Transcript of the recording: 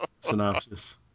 synopsis